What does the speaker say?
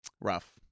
Rough